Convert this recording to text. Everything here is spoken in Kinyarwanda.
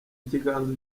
ikiganza